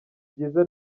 byiza